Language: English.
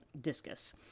discus